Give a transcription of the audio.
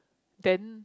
then